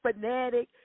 fanatic